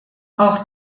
auch